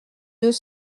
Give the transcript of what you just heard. deux